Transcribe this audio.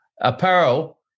apparel